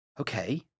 Okay